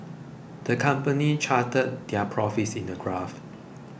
the company charted their profits in a graph